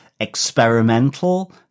Experimental